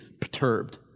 perturbed